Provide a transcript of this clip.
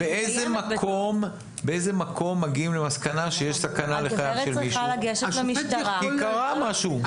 באיזה מקום מגיעים למסקנה שיש סכנה לחייו של מישהו כי קרה משהו?